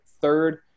Third